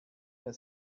der